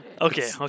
okay